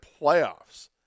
playoffs